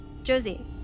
Josie